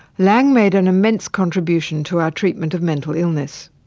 laing made an immense contribution to our treatment of mental illness,